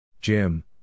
Jim